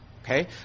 okay